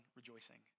rejoicing